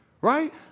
Right